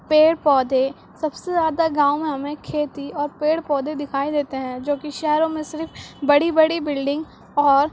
پیڑ پودے سب سے زیادہ گاؤں میں ہمیں کھیتی اور پیڑ پودے دکھائی دیتے ہیں جوکہ شہروں میں صرف بڑی بڑی بلڈنگ اور